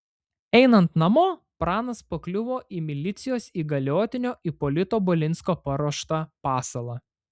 einant namo pranas pakliuvo į milicijos įgaliotinio ipolito balinsko paruoštą pasalą